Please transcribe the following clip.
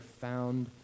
found